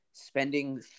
spending